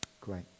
Great